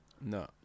no